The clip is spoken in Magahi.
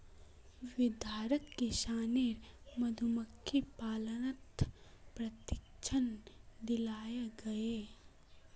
वर्धाक किसानेर मधुमक्खीर पालनत प्रशिक्षण दियाल गेल